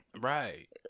Right